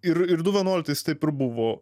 ir ir du vienuoliktais taip ir buvo